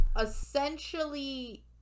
Essentially